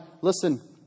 listen